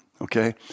okay